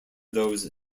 those